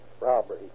robbery